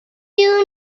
you